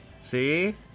See